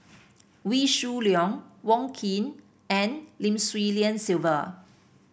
Wee Shoo Leong Wong Keen and Lim Swee Lian Sylvia